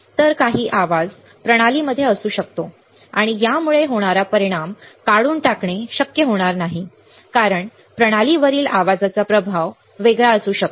तर काही आवाज प्रणालीमध्ये असू शकतो आणि यामुळे होणारा परिणाम काढून टाकणे शक्य होणार नाही कारण प्रणालीवरील आवाजाचा प्रभाव वेगळा असू शकतो